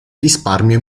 risparmio